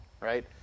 Right